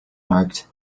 marked